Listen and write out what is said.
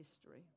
history